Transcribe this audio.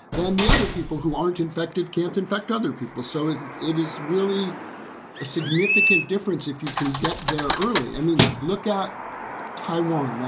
then the other people who aren't infected can't infect other people. so as it is really a significant difference if you can get there early. i mean, look at taiwan.